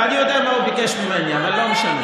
ואני יודע מה הוא ביקש ממני, אבל לא משנה.